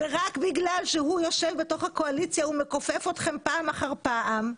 רק בגלל שהוא יושב בתוך הקואליציה הוא מכופף אתכם פעם אחר פעם.